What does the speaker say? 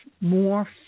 more